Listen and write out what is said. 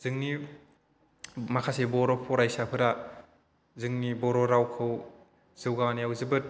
जोंनि माखासे बर' फरायसाफ्रा जोंनि बर' रावखौ जौगा होनायाव जोबोद